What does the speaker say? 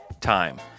time